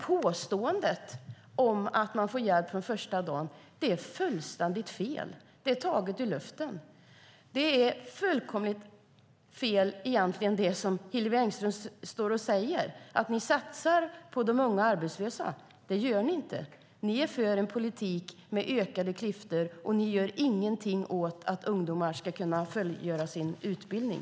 Påståendet att alla får hjälp från första dagen är alltså fullständigt fel och taget ur luften. Därför är det fullkomligt fel när Hillevi Engström säger att regeringen satsar på de unga arbetslösa. Det gör ni inte. Ni är för en politik med ökade klyftor, och ni gör inget för att ungdomar ska kunna fullgöra sin utbildning.